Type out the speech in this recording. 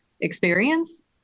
experience